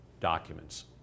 documents